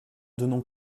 donnant